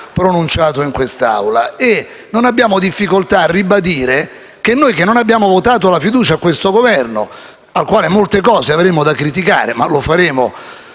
pronunciato in quest'Aula e non abbiamo difficoltà a ribadire che noi che non abbiamo votato la fiducia a questo Governo, al quale molte cose avremmo da criticare (ma lo faremo